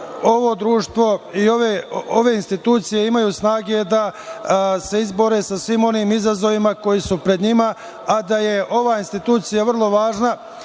ovo društvo i ove institucije imaju snage da se izbore sa svim onim izazovima koji su pred njima, a da je ova institucija vrlo važna